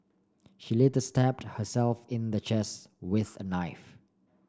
she later stabbed herself in the chest with a knife